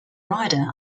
rider